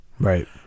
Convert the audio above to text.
Right